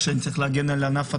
כשאני צריך להגן על ענף התיירות,